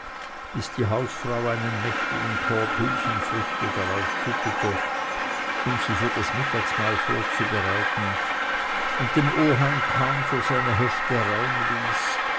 bis die hausfrau einen mächtigen korb hülsenfrüchte darauf schüttete um sie für das mittagsmahl vorzubereiten und dem oheim kaum für seine hefte raum ließ